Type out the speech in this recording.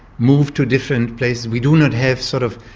move to different places. we do not have, sort of,